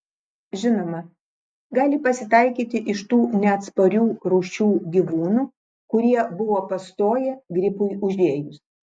žinoma gali pasitaikyti iš tų neatsparių rūšių gyvūnų kurie buvo pastoję gripui užėjus